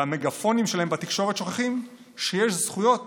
והמגפונים שלהם בתקשורת, שוכחים שיש זכויות